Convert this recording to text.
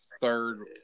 third